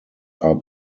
are